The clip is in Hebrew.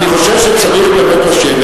שצריך לשבת.